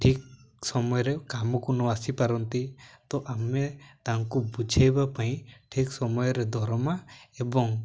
ଠିକ୍ ସମୟରେ କାମକୁ ନ ଆସିପାରନ୍ତି ତ ଆମେ ତାଙ୍କୁ ବୁଝେଇବା ପାଇଁ ଠିକ୍ ସମୟରେ ଦରମା ଏବଂ